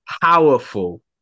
Powerful